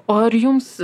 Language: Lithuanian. o ar jums